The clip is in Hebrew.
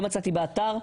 לא מצאתי באתר.